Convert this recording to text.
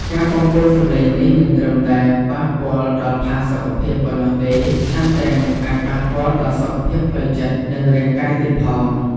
ការបំពុលសំឡេងនេះមិនត្រឹមតែប៉ះពាល់ដល់ផាសុកភាពប៉ុណ្ណោះទេ ថែមទាំងអាចប៉ះពាល់ដល់សុខភាពផ្លូវចិត្ត និងរាងកាយទៀតផង។